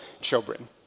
children